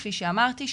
כמו שאמרתי,